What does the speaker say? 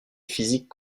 physique